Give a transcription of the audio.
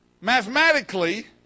Mathematically